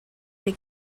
des